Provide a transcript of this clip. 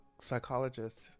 psychologist